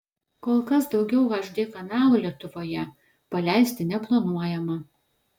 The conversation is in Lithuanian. kol kas daugiau hd kanalų lietuvoje paleisti neplanuojama